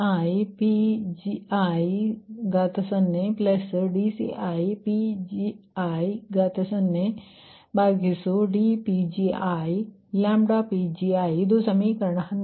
ಅಂದರೆ CTi1mCiPgi0dCiPgi0dPgiPgiಇದು ಸಮೀಕರಣ 15